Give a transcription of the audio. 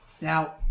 now